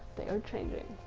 they are changing.